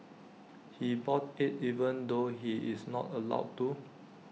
he bought IT even though he's not allowed to